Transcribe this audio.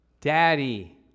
Daddy